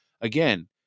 Again